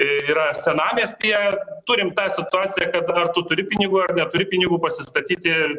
yra senamiestyje turim tą situaciją kada ar tu turi pinigų ar neturi pinigų pasistatyti